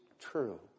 true